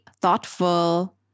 thoughtful